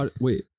Wait